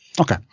Okay